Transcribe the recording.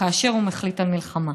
כאשר הוא מחליט על מלחמה.